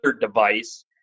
device